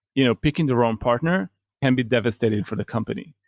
you know picking the wrong partner can be devastating for the company.